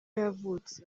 yavutse